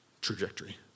trajectory